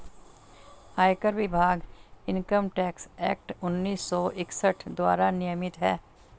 आयकर विभाग income tax act उन्नीस सौ इकसठ द्वारा नियमित है